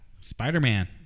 Spider-Man